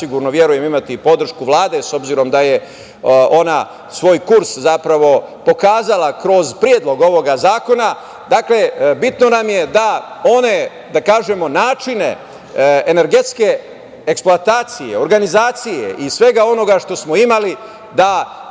zasigurno imati podršku Vlade, s obzirom da je ona svoj kurs zapravo pokazala kroz predlog ovog zakona… Bitno nam je da one načine energetske eksploatacije, organizacije i svega onoga što smo imali treba